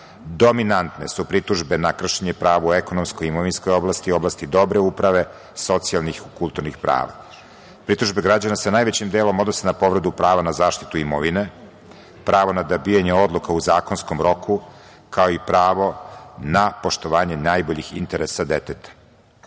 Dominantne su pritužbe na kršenje prava u ekonomsko-imovinskoj oblasti, oblasti dobre uprave, socijalnih kulturnih prava. Pritužbe građana se najvećim odnose na povredu prava na zaštitu imovine, pravo na dobijanje odluka u zakonskom roku, kao i pravo na poštovanje najboljih interesa deteta.